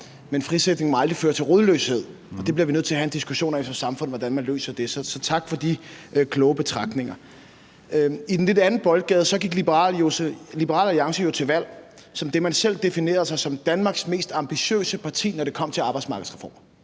men at frisætning aldrig må føre til rodløshed, og at vi som samfund bliver nødt til at have en diskussion af, hvordan man løser det. Så tak for de kloge betragtninger. Så er der noget i en lidt anden boldgade. Liberal Alliance gik jo til valg på at være, hvad man selv definerede som Danmarks mest ambitiøse parti, når det kom til arbejdsmarkedsreformer.